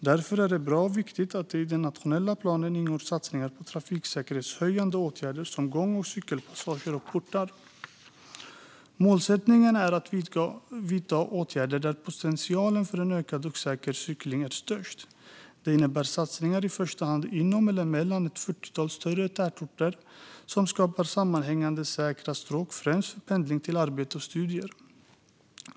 Därför är det bra och viktigt att det i den nationella planen ingår satsningar på trafiksäkerhetshöjande åtgärder som gång och cykelpassager och portar. Målsättningen är att vidta åtgärder där potentialen för en ökad och säker cykling är störst. Det innebär i första hand satsningar inom eller mellan ett fyrtiotal större tätorter som skapar sammanhängande säkra stråk för främst pendling till arbete och studier.